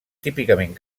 típicament